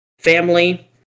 family